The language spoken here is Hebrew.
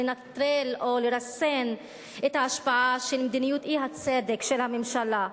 לנטרל או לרסן את ההשפעה של מדיניות האי-צדק של הממשלה,